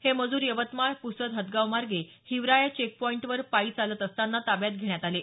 हे मजूर यवतमाळ पुसद हदगाव मागे हिवरा या चेक पॉईंटवर पायी चालत असताना ताब्यात घेण्यात आले आहेत